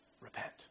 Repent